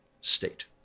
state